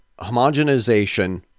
homogenization